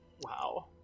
Wow